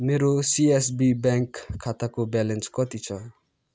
मेरो CSB bank खाताको balance कति छ